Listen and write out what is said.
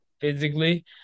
physically